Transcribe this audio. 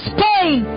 Spain